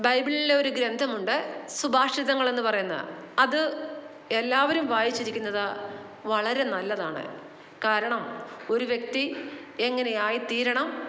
ബൈബിളിലെ ഒരു ഗ്രന്ഥമുണ്ട് സുഭാഷിതങ്ങൾ എന്ന് പറയുന്നത് അത് എല്ലാവരും വായിച്ചിരിക്കുന്നത് വളരെ നല്ലതാണ് കാരണം ഒരു വ്യക്തി എങ്ങനെ ആയിത്തീരണം